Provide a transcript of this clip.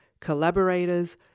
collaborators